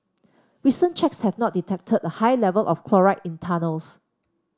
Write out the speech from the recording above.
recent checks have not detected a high level of chloride in tunnels